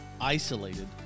isolated